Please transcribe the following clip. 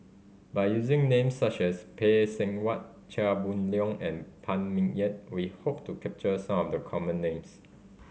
by using names such as Phay Seng Whatt Chia Boon Leong and Phan Ming Yen we hope to capture some of the common names